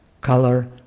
Color